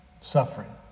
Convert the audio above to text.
suffering